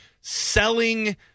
selling